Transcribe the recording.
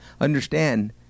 understand